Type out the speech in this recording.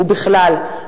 ובכלל,